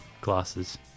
glasses